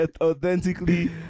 authentically